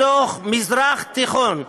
בתוך המזרח התיכון,